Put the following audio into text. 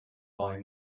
buy